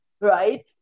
Right